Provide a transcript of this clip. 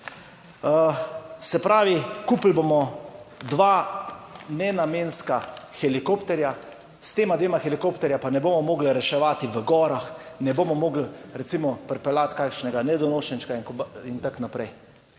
Se pravi, kupili bomo dva nenamenska helikopterja, s tema dvema helikopterja, pa ne bomo mogli reševati v gorah, ne bomo mogli recimo pripeljati kakšnega nedonošenčka in tako naprej.